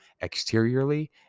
exteriorly